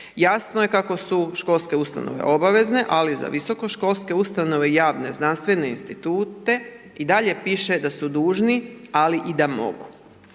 Jasno je kako su školske obavezne ali za visokoškolske ustanove i javne, znanstvene institute i dalje piše da su dužni ali i da mogu.